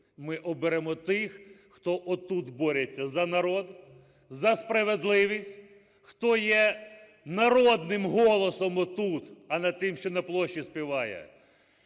ми оберемо тих, хто отут бореться за народ, за справедливість, хто є народним голосом отут, а не тим, що на площі співає.